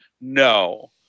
No